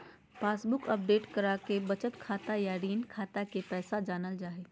passbook update कराके बचत खाता या ऋण खाता के पैसा जानल जा हय